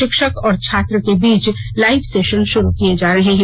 पिक्षक और छात्र के बीच लाइव सेशन किए जा रहे हैं